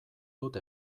dut